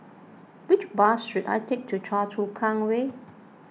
which bus should I take to Choa Chu Kang Way